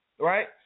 right